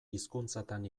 hizkuntzatan